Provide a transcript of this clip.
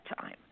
time